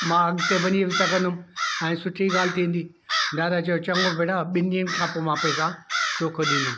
मां अॻिते वञी सघंदुमि ऐं सुठी ॻाल्हि थींदी दादा चओ चङो बेटा ॿिनि ॾींहनि खां पोइ मां पैसा तोखे ॾींदुमि